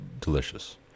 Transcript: delicious